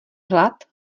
hlad